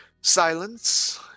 silence